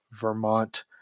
vermont